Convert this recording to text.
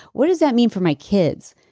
what does that mean for my kids?